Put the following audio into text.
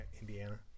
Indiana